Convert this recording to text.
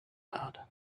had